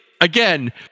again